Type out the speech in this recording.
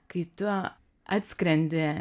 kai tu atskrendi